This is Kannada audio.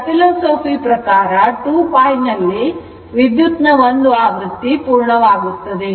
Saphilosophy ಪ್ರಕಾರ 2π ನಲ್ಲೆ ವಿದ್ಯುತ್ ನ ಒಂದು ಆವೃತ್ತಿ ಪೂರ್ಣವಾಗುತ್ತದೆ